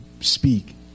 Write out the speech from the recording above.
speak